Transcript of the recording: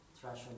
trash